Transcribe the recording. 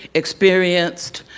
experienced,